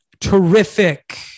terrific